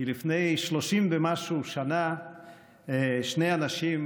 לפני 30 ומשהו שנה שני אנשים